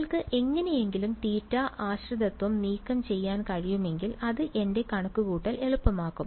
നിങ്ങൾക്ക് എങ്ങനെയെങ്കിലും തീറ്റ ആശ്രിതത്വം നീക്കം ചെയ്യാൻ കഴിയുമെങ്കിൽ അത് എന്റെ കണക്കുകൂട്ടൽ എളുപ്പമാക്കും